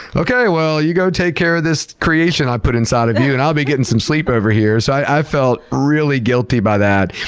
okay, well you go take care of this creation i put inside of you and i'll be getting some sleep over here, so, i felt really guilty by that,